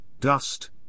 dust